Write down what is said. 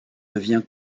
devient